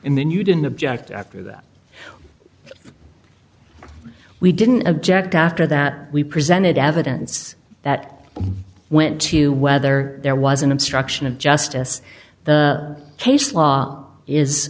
and then you didn't object after that we didn't object after that we presented evidence that went to you whether there was an obstruction of justice the case law is